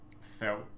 felt